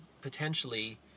potentially